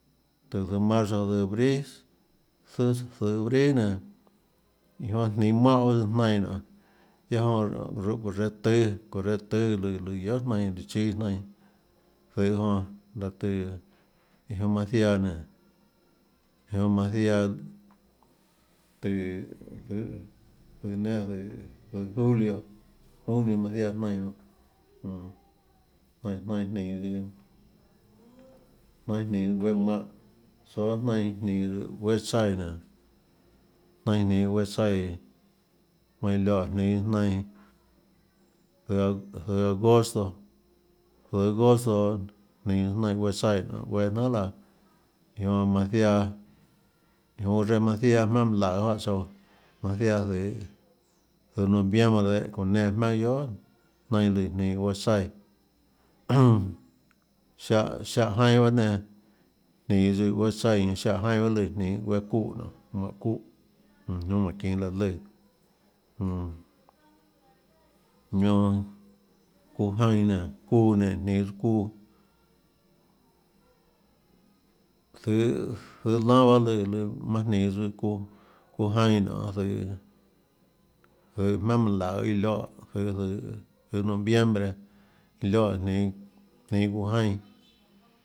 Tùhå zøhå marzo zøhå abril zøhås abril nenã iã jonã jninå mánhã bahâ tsøã jnainã nionê guiaã jonã nonê ruu reã tùâ çounã reã tùâ lùã lùã guiohà jnainã chíâ jnainã zøhå jonã láhå tùhå iã jonã manã ziaã nénå iã jonã manã ziaã tùhå tùhå zøhå enero zøhå julio junio manã ziaã jnianã jonã jmm jnainã jnainã jninå jnainã jninåguéâ mánhã tsoå jnainã jninås guéâ tsaíã nénå nainã jninå guéâ tsaíã manã iã lioè jninå jnainã zøhå aaa zøhå agos agosto zøhå agosto jninå jnainã guéâ tsaíã nionê guéâ jnanhà laã iã jonã manã ziaã iã jonã çounã reã manã ziaã jmaønâ mønã laøê juáhã tsouã manã ziaã zøhå zøhå noviembre dehâ çounã nenã jmaønâ guiohà jnainã líã jninå guéâ tsaíã siáhã siáhã jainã bahâ nenã jninå tsøã guéâ tsaíã ñanã siáhã jainã lùã jninå guéâ çuúhã nionê mánhã çuúhã jmm jonã mánhå çinå láhã lùã jmm iã jonã çuuã jainã nénå çuuã nénã jninås çuuã zøhå zøhå lánâ bahâ lùã lùã manã jninå tsøã çuuã çuuã jainã nionê zøhå zøhå jmaønâ mønã laøê iã lioè zøhå zøhå noviembre lioè jninå jninå çuuã jainã.